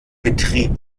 betrieb